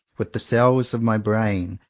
with the cells of my brain,